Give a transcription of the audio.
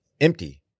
Empty